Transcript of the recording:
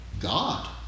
God